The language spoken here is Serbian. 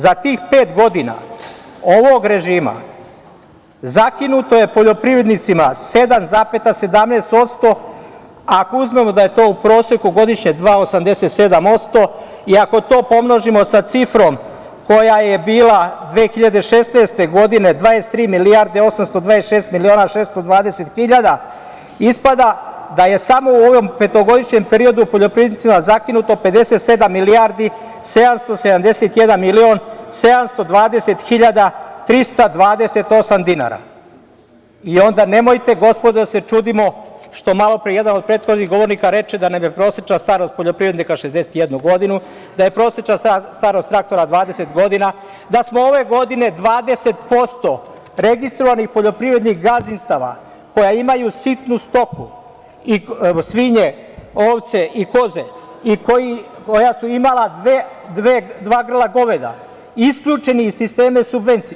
Za tih pet godina ovog režima zakinuto je poljoprivrednicima 7,17%, a ako uzmemo da je to u proseku godišnje 2,87% i ako to pomnožimo sa cifrom koja je bila 2016. godine, 23.826.620.000, ispada da je samo u ovom petogodišnjem periodu poljoprivrednicima zakinuto 57.771.720.328 dinara i onda nemojte, gospodo, da se čudimo što jedan od prethodnih govornika reče da nam je prosečna starost poljoprivrednika 61 godina, da je prosečna starost traktora 20 godina, da smo ove godine 20% registrovanih poljoprivrednih gazdinstava, koja imaju sitnu stoku, svinje, ovce i koze, i koja su imala dva grla goveda, isključeni iz sistema subvencija.